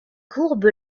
courbe